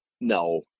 no